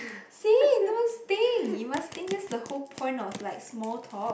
see no things you must think this the whole point of like small talk